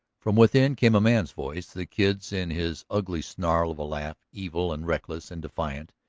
from within came a man's voice, the kid's, in his ugly snarl of a laugh, evil and reckless and defiant,